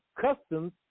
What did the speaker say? customs